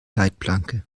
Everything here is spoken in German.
leitplanke